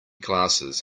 glasses